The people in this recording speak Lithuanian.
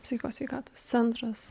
psicho sveikatos centras